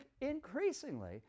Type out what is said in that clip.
increasingly